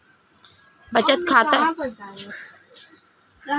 बचत खाता खोलते समय कौनसे दस्तावेज़ जमा करने होंगे?